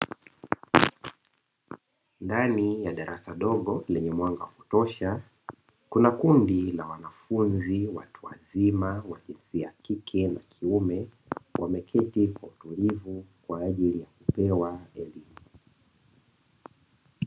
Ndani ya darasa dogo lenye mwanga wa kutosha, kuna kundi la wnafunzi watu wazima, wa kike na wa kiume, wameketi kwa utulivu kwa ajili ya kupewa elimu.